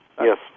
yes